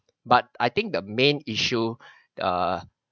but I think the main issue err